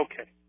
Okay